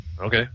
Okay